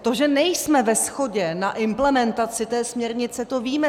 To, že nejsme ve shodě na implementaci té směrnice, to víme.